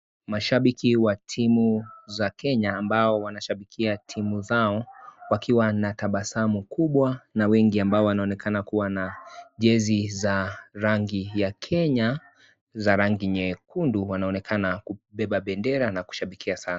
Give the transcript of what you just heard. Mashabiki wa timu za Kenya ambao wanashabikia timu zao, wakiwa tabasamu kubwa na wengi ambao wanaonekana kuwa na jezi za rangi ya Kenya za rangi nyekundu. Wanaonekana kubeba bendera na kushabikia sana.